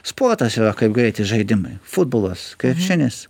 sportas yra kaip greiti žaidimai futbolas krepšinis